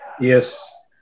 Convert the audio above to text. yes